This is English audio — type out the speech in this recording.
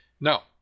Now